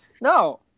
no